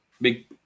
big